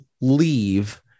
leave